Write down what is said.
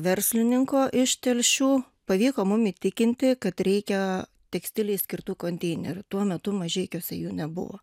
verslininko iš telšių pavyko mum įtikinti kad reikia tekstilei skirtų konteinerių tuo metu mažeikiuose jų nebuvo